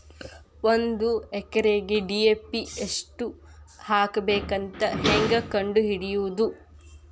ಒಂದು ಎಕರೆಗೆ ಡಿ.ಎ.ಪಿ ಎಷ್ಟು ಹಾಕಬೇಕಂತ ಹೆಂಗೆ ಕಂಡು ಹಿಡಿಯುವುದು?